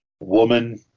woman